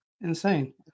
insane